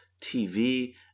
TV